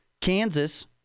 Kansas